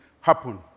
happen